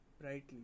brightly